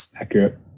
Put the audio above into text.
accurate